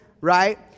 right